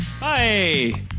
Bye